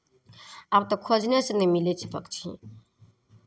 आब तऽ खोजनेसँ नहि मिलै छै पक्षी